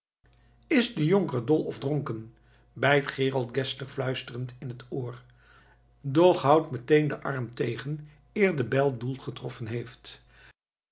is de jonker dol of dronken bijt gerold geszler fluisterend in het oor doch houdt meteen den arm tegen eer de bijl doel getroffen heeft